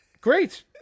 Great